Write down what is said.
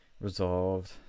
resolved